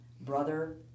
brother